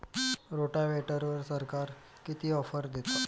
रोटावेटरवर सरकार किती ऑफर देतं?